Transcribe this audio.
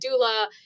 doula